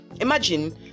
Imagine